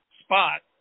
spot